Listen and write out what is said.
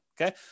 Okay